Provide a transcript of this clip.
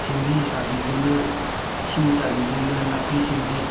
ꯁꯦꯝꯕꯤ ꯁꯥꯕꯤꯗꯨꯅ ꯏꯁꯤꯡ ꯆꯥꯏꯕꯤꯗꯅ ꯅꯥꯄꯤ ꯁꯤꯡꯕꯤ